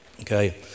Okay